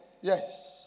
Yes